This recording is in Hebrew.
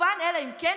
כמובן אלא אם כן,